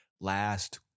last